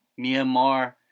Myanmar